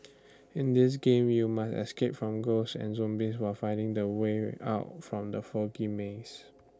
in this game you must escape from ghosts and zombies while finding the way out from the foggy maze